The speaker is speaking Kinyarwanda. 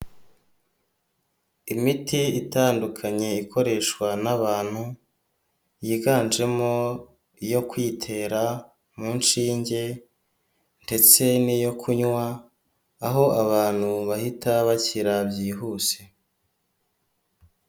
Imiti itandukanye ikoreshwa n'abantu, yiganjemo iyo kwitera mu nshinge ndetse n'iyo kunywa aho abantu bahita bakira byihuse.